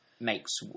Makes